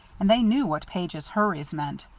and they knew what page's hurries meant,